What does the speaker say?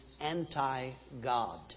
Anti-God